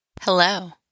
Hello